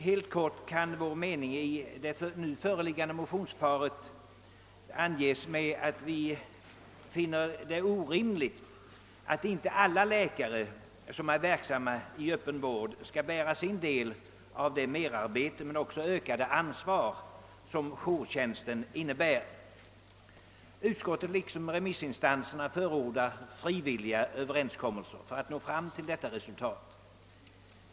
Helt kort kan vår mening i det nu föreliggande motionsparet anges med att vi finner det orimligt att inte alla läkare som är verksamma i öppen vård skall bära sin del av det merarbete men också ökade ansvar som jourtjänsten innebär. Utskottet liksom remissinstanserna förordar frivilliga överenskommelser för att nå fram till det avsedda resultatet.